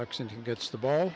lexington gets the ball